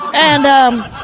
and um,